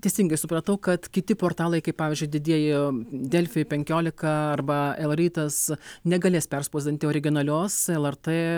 teisingai supratau kad kiti portalai kaip pavyzdžiui didieji delfi penkiolika arba el rytas negalės perspausdinti originalios lrt